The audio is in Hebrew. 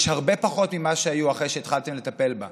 יש הרבה פחות ממה שהיו אחרי שהתחלתם לטפל בה.